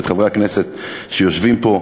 ואת חברי הכנסת שיושבים פה: